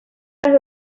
las